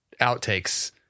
outtakes